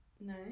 No